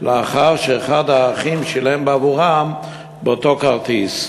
לאחר שאחד האחים שילם בעבורם באותו כרטיס.